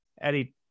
Eddie